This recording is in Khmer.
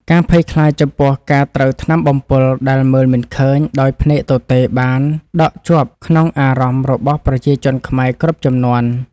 ការភ័យខ្លាចចំពោះការត្រូវថ្នាំបំពុលដែលមើលមិនឃើញដោយភ្នែកទទេបានដក់ជាប់ក្នុងអារម្មណ៍របស់ប្រជាជនខ្មែរគ្រប់ជំនាន់។